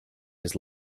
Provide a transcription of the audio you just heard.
his